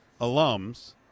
alums